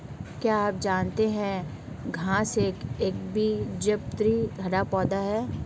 क्या आप जानते है घांस एक एकबीजपत्री हरा पौधा है?